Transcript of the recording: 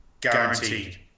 guaranteed